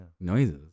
noises